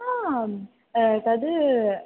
आं तद्